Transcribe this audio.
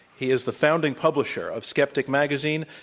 he is the founding publisher of skeptic magazine,